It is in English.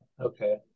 Okay